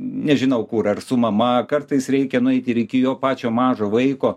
nežinau kur ar su mama kartais reikia nueiti ir iki jo pačio mažo vaiko